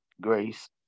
Grace